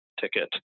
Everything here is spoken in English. ticket